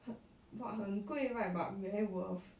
很 what 很贵 right but very worth